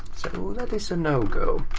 so that is a no-go.